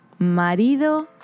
Marido